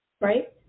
Right